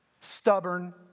stubborn